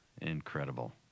Incredible